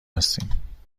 هستیم